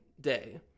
day